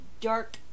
dark